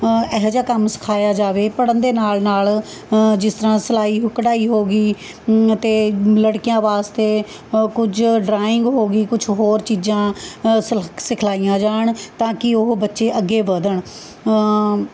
ਇਹੋ ਜਿਹਾ ਕੰਮ ਸਿਖਾਇਆ ਜਾਵੇ ਪੜ੍ਹਨ ਦੇ ਨਾਲ਼ ਨਾਲ਼ ਜਿਸ ਤਰ੍ਹਾਂ ਸਿਲਾਈ ਕਢਾਈ ਹੋ ਗਈ ਅਤੇ ਲੜਕਿਆਂ ਵਾਸਤੇ ਕੁਝ ਡਰਾਇੰਗ ਹੋ ਗਈ ਕੁਛ ਹੋਰ ਚੀਜ਼ਾਂ ਸਲਖ ਸਿਖਲਾਈਆਂ ਜਾਣ ਤਾਂ ਕਿ ਉਹ ਬੱਚੇ ਅੱਗੇ ਵਧਣ